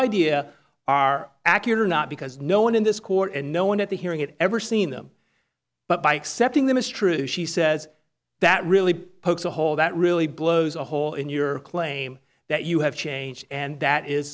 idea are accurate or not because no one in this court and no one at the hearing it ever seen them but by accepting them as true she says that really pokes a hole that really blows a hole in your claim that you have changed and that is